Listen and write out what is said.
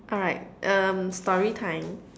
alright um storytime